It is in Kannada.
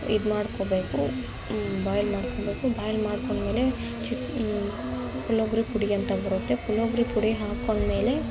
ಇದು ಮಾಡ್ಕೊಳ್ಬೇಕು ಬಾಯ್ಲ್ ಮಾಡ್ಕೊಳ್ಬೇಕು ಬಾಯ್ಲ್ ಮಾಡ್ಕೊಂಡ್ಮೇಲೆ ಚಿತ್ ಪುಳಿಯೋಗ್ರೆ ಪುಡಿ ಅಂತ ಬರುತ್ತೆ ಪುಳಿಯೋಗ್ರೆ ಪುಡಿ ಹಾಕೊಂಡ್ಮೇಲೆ